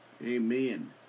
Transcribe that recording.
Amen